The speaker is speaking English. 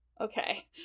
okay